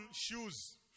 shoes